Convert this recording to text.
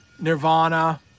Nirvana